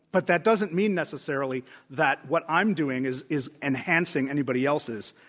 but that doesn't mean necessarily that what i'm doing is is enhancing anybody else's